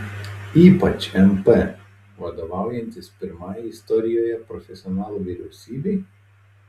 ypač mp vadovaujantis pirmajai istorijoje profesionalų vyriausybei